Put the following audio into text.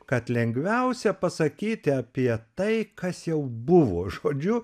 kad lengviausia pasakyti apie tai kas jau buvo žodžiu